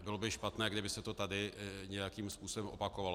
Bylo by špatné, kdyby se to tady nějakým způsobem opakovalo.